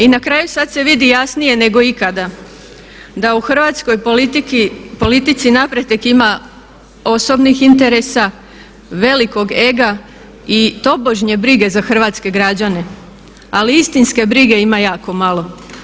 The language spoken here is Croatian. I na kraju, sada se vidi jasnije nego ikada da u hrvatskoj politici napredak ima osobnih interesa, velikog ega i tobožnje brige za hrvatske građane, ali istinske brige ima jako malo.